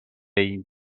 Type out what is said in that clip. ایم